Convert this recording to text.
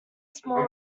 small